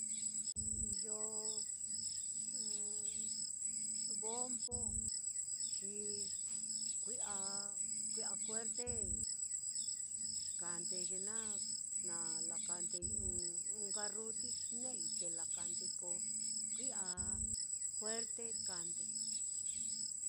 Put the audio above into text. Iyo ɨ́ɨ́n bombo xi kui'a kui'a juerte kande ya na lakandei i'i ɨ́ɨ́n-ɨ́ɨ́n karruti ne'ei te lakandei, te ko kui'a juerte kande.